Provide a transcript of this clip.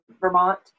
Vermont